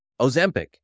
Ozempic